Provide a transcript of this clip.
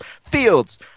Fields